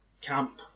camp